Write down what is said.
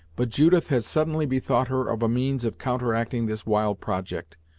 but judith had suddenly bethought her of a means of counteracting this wild project,